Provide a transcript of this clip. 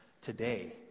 today